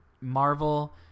Marvel